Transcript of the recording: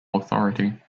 authority